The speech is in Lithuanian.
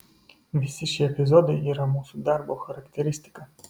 visi šie epizodai yra mūsų darbo charakteristika